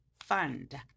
fund